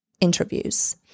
interviews